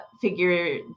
Figure